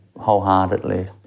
wholeheartedly